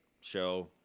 show